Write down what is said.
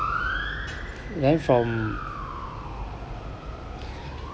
then from